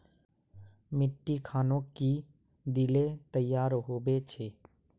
मिट्टी खानोक की दिले तैयार होबे छै?